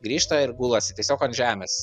grįžta ir gulasi tiesiog ant žemės